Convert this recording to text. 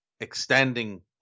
Extending